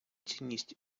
цінність